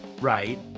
right